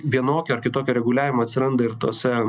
vienokio ar kitokio reguliavimo atsiranda ir tose